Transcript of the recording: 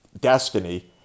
destiny